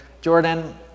Jordan